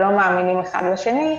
שלא מאמינים אחד לשני,